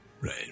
Right